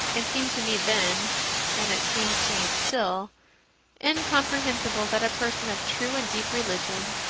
it seemed to me then and it seems to me still incomprehensible that a person of true and deep religion,